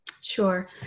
Sure